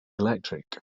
electric